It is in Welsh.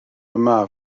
yma